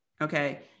okay